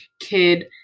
kid